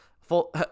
Full